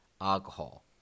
alcohol